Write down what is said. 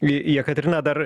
ji jekaterina dar